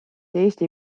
eesti